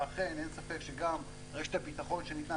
ואכן אין ספק שגם רשת הביטחון שניתנה,